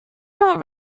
not